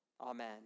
Amen